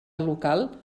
local